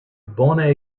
bone